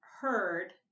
heard